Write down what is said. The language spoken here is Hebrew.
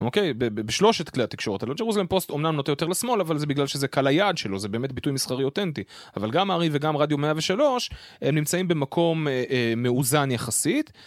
אוקיי, בשלושת כלי התקשורת הללו, ג'רוז'לם פוסט אומנם נוטה יותר לשמאל, אבל זה בגלל שזה קהל היעד שלו, זה באמת ביטוי מסחרי אותנטי. אבל גם ארי וגם רדיו 103, הם נמצאים במקום מאוזן יחסית.